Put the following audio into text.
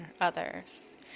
others